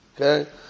Okay